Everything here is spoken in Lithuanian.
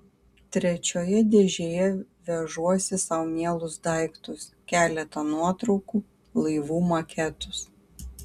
trečioje dėžėje vežuosi sau mielus daiktus keletą nuotraukų laivų maketus